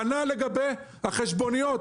כנ"ל לגבי החשבוניות.